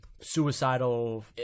suicidal